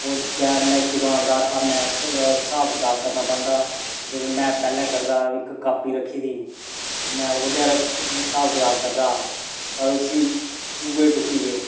ओह्दे मैं इक दकानदार हा मैंं स्हाब कताब करना बनदा हा लेकिन मैं पैह्ले करदा हा इक काापी रक्खी दा ही मैं ओह्दे'र स्हाब कताब करदा हा पर उसी चुहे टुक्की गे